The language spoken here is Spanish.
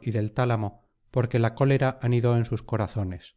y del tálamo porque la cólera anidó en sus corazones